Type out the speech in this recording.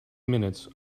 minutes